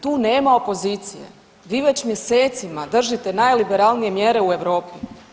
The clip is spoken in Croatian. Tu nema opozicije, vi već mjesecima držite najliberalnije mjere u Europi.